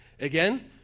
again